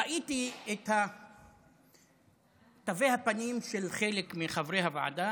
ראיתי את תווי הפנים של חלק מחברי הוועדה,